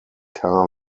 car